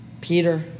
Peter